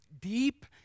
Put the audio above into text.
deep